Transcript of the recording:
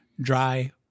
dry